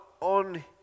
on